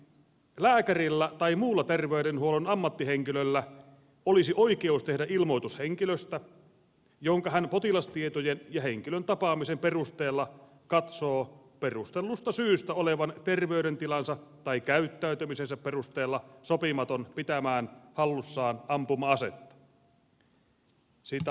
lääkärillä tai muulla terveydenhuollon ammattihenkilöllä olisi oikeus tehdä ilmoitus henkilöstä jonka hän potilastietojen ja henkilön tapaamisen perusteella katsoo perustellusta syystä olevan terveydentilansa tai käyttäytymisensä perusteella sopimaton pitämään hallussaan ampuma asetta